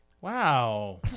Wow